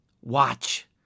watch